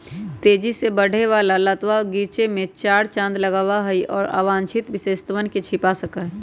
तेजी से बढ़े वाला लतवा गीचे में चार चांद लगावा हई, और अवांछित विशेषतवन के छिपा सका हई